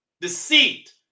deceit